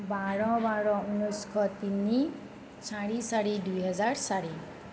বাৰ বাৰ ঊনৈছশ তিনি চাৰি চাৰি দুই হেজাৰ চাৰি